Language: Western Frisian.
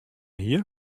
hie